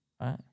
Right